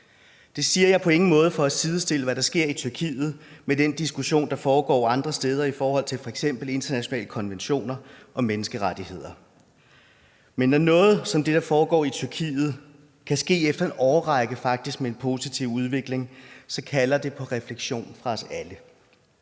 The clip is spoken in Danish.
Det siger jeg på ingen måde for at sidestille, hvad der sker i Tyrkiet, med den diskussion, der foregår andre steder i forhold til f.eks. internationale konventioner og menneskerettigheder. Men når noget som det, der foregår i Tyrkiet, kan ske efter en årrække, hvor der faktisk har været en positiv udvikling, så kalder det på refleksion fra os alle.